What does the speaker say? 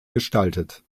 gestaltet